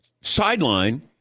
sideline